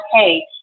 okay